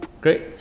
Great